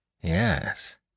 Yes